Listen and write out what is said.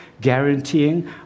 guaranteeing